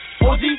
OG